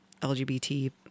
LGBT